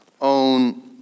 own